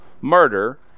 murder